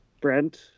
Brent